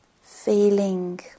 feeling